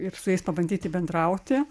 ir su jais pabandyti bendrauti